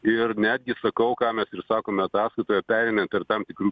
ir netgi sakau ką mes ir sakome ataskaitoje perėmiant ir tam tikrų